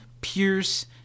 Pierce